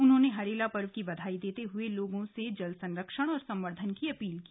उन्होंने हरेला पर्व की बधाई देते हये लोगों से जल संरक्षण और संवर्धन की अपील की